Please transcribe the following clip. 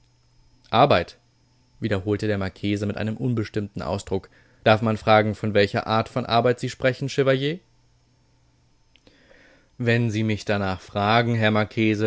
arbeit wiederholte der marchese mit einem unbestimmten ausdruck darf man fragen von welcher art von arbeit sie sprechen chevalier wenn sie mich danach fragen